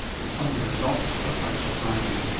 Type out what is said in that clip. and some of the results are quite surprising.